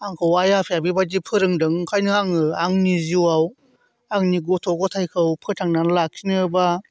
आंखौ आइ आफाया बेबादि फोरोंदों ओंखायनो आङो आंनि जिउआव आंनि गथ' गथायखौ फोथांनानै लाखिनोब्ला